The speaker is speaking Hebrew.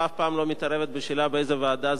לא מתערבת בשאלה באיזו ועדה זה יידון.